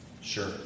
Sure